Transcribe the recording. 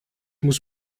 muss